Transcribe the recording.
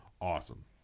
Awesome